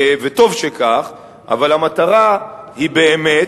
וטוב שכך, אבל המטרה היא באמת,